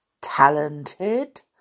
Talented